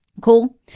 Cool